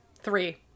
Three